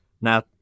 Now